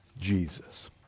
Jesus